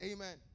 Amen